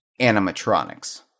animatronics